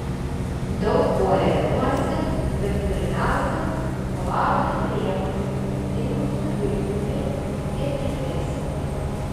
daug kuo remiuosi bet pirmiausia vlado drėmos dingusiu vilniumi ir kitais